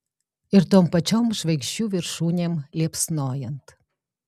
ir tom pačiom žvaigždžių viršūnėm liepsnojant